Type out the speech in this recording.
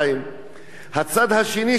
הצד השני של התחבורה הציבורית,